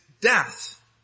death